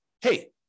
hey